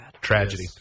Tragedy